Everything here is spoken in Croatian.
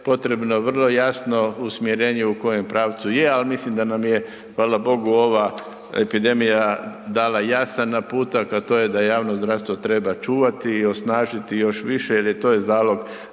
potrebno vrlo jasno usmjerenje u kojem pravcu je, al mislim da nam je, hvala Bogu, ova epidemija dala jasan naputak, a to je da javno zdravstvo treba čuvati i osnažiti još više jel je, to je zalog